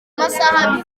amasaha